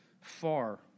far